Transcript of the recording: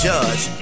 Judge